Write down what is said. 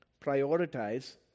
prioritize